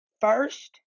First